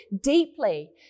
deeply